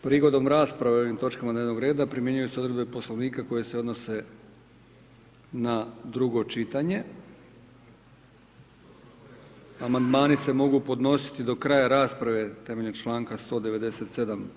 Prigodom rasprave o ovim točkama dnevnog reda primjenjuju se odredbe poslovnika koje se odnose na drugo čitanje, Amandmani se mogu podnositi do kraja rasprave temeljem članaka 197.